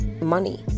money